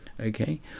okay